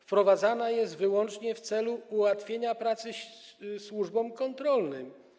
Wprowadzana jest wyłącznie w celu ułatwienia pracy służbom kontrolnym.